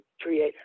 creator